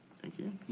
thank you.